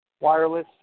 wireless